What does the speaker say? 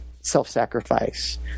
self-sacrifice